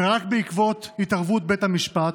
ורק בעקבות התערבות בית המשפט,